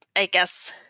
i guess,